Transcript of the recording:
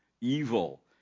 evil